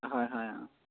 হয় হয় অঁ